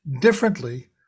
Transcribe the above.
differently